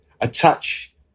attach